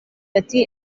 ati